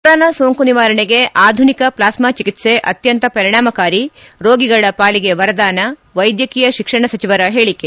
corona ಸೋಂಕು ನಿವಾರಣೆಗೆ ಆಧುನಿಕ ಪ್ಲಾಸ್ತಾ ಚಿಕಿತ್ಸೆ ಅತ್ಯಂತ ಪರಿಣಾಮಕಾರಿ ರೋಗಿಗಳ ಪಾಲಿಗೆ ವರದಾನ ವೈದ್ಯಕೀಯ ಶಿಕ್ಷಣ ಸಚಿವರ ಹೇಳಿಕೆ